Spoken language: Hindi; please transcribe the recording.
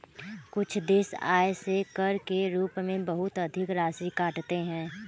कुछ देश आय से कर के रूप में बहुत अधिक राशि काटते हैं